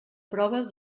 prova